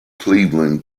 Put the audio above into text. cleveland